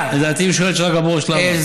לדעתי הוא שואל את שרגא ברוש למה.